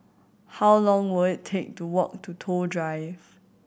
how long will it take to walk to Toh Drive